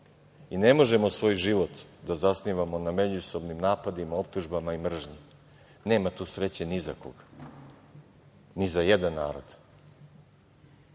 i ne možemo svoj život da zasnivamo na međusobnim napadima, optužbama i mržnji. Nema tu sreće ni za koga. Ni za jedan narod. Ovo